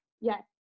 Yes